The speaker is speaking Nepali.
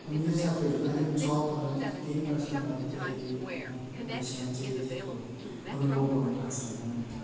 मेरो साथीहरू अहिले पनि छ तर त्यो टेनमा जस्तो मजा चाहिँ अःह अहिलेसम्मन् चाहिँ त्यस्तो अनुभव गर्नु पाएको छैन